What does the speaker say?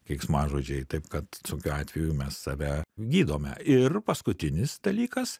keiksmažodžiai taip kad atveju mes save gydome ir paskutinis dalykas